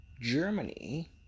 Germany